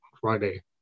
Friday